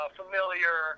familiar